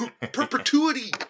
perpetuity